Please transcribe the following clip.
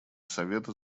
совета